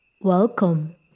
Welcome